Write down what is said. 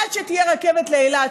עד שתהיה רכבת לאילת,